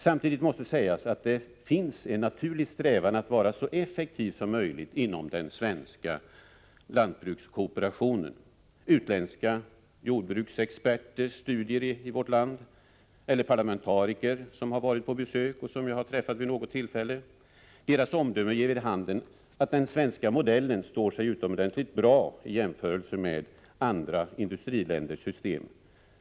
Samtidigt måste det sägas att det finns en naturlig strävan att vara så effektiv som möjligt inom den svenska lantbrukskooperationen. Utländska jordbruksexperters studier i Sverige och omdömen från parlamentariker som varit på besök och som jag vid något tillfälle har träffat ger vid handen att den svenska modellen står sig utomordentligt bra i jämförelse med andra industriländers system.